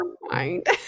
mind